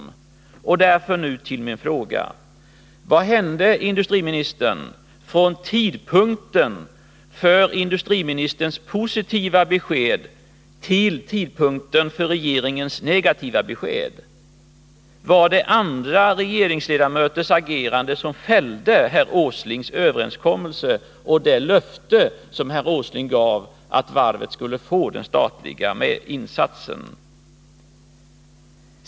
Därför vill jag nu ställa följande fråga: Vad hände, industriministern, från tidpunkten för industriministerns positiva besked till tidpunkten för regeringens negativa besked? Var det andra regeringsledamöters agerande som fällde herr Åslings överenskommelse och det löfte som herr Åsling gav att 35 varvet skulle bli föremål för en statlig insats?